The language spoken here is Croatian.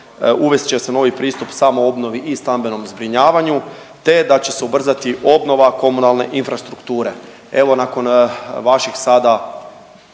uvest će se novi pristup samoobnovi i stambenom zbrinjavanju te da će se ubrzati obnova komunalne infrastrukture. Evo nakon vaših sada